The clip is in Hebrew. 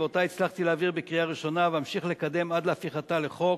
והצלחתי להעביר בקריאה ראשונה ואמשיך לקדם עד להפיכתה לחוק,